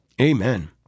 Amen